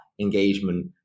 engagement